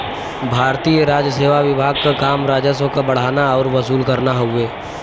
भारतीय राजसेवा विभाग क काम राजस्व क बढ़ाना आउर वसूल करना हउवे